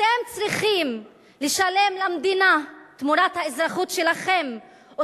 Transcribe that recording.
אתם צריכים לשלם למדינה תמורת האזרחות שלכם או